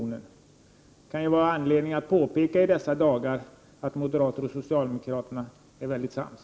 Det kan i dessa dagar finnas anledning att påpeka att moderater och socialdemokrater är mycket sams.